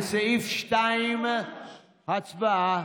לסעיף 2, הצבעה.